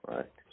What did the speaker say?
Right